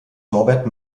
norbert